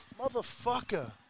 motherfucker